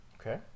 Okay